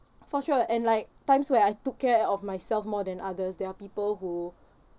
for sure and like times where I took care of myself more than others there're people who